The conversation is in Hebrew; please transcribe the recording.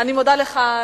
אני מודה לך,